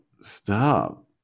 stop